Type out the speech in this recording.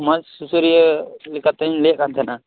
ᱥᱚᱢᱟᱡᱽ ᱥᱩᱥᱟ ᱨᱤᱭᱟ ᱞᱮᱠᱟᱛᱮᱧ ᱞᱟ ᱭᱮᱫ ᱠᱟᱱ ᱛᱟᱦᱮᱱᱟ